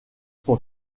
son